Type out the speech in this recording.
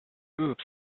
oops